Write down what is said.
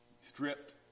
stripped